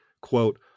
quote